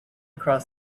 cross